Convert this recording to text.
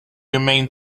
remained